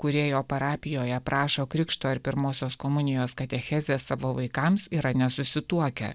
kurie jo parapijoje prašo krikšto ir pirmosios komunijos katechezės savo vaikams yra nesusituokę